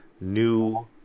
new